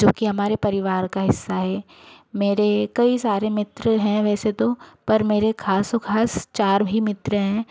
जो की हमारे परिवार का हिस्सा है मेरे कई सारे मित्र हैं वैसे तो पर मेरे खास खास चार ही मित्र हैं